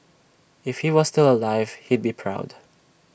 if he was still alive he'd be proud